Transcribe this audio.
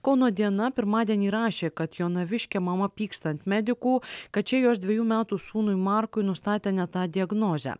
kauno diena pirmadienį rašė kad jonaviškė mama pyksta ant medikų kad šie jos dvejų metų sūnui markui nustatė ne tą diagnozę